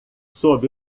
sob